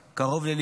-- שקרוב לליבי,